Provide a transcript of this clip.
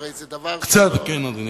הרי זה דבר שלא, כן, אדוני.